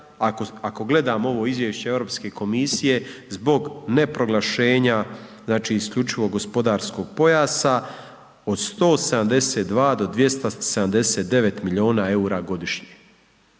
ako gledamo ovo izvješće Europske komisije zbog neproglašenja, znači, isključivog gospodarskog pojasa od 172 do 279 milijuna EUR-a godišnje,